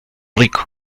rico